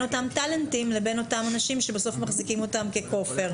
אותם טאלנטים לבין אותם אנשים שבסוף מחזיקים אותם ככופר.